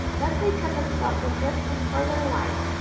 thus they cut themselves adrift from further light,